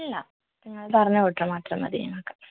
ഇല്ല ഞാന് പറഞ്ഞ ഓര്ഡറു മാത്രം മതി ഞങ്ങൾക്ക്